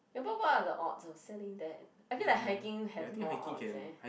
ya but what are the odds of selling then I feel like hiking have more odds eh